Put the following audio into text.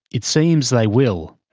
it seems they will.